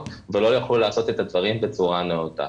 ולא יוכלו לעשות את הדברים בצורה נאותה.